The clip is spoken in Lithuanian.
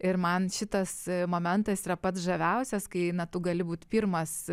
ir man šitas momentas yra pats žaviausias kai na tu gali būt pirmas